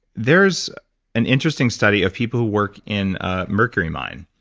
there's an interesting study of people who worked in a mercury mine.